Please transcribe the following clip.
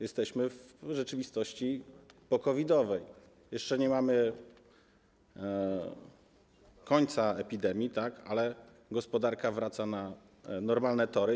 Jesteśmy w rzeczywistości po-COVID-owej, jeszcze nie mamy końca epidemii, ale gospodarka wraca na normalne tory.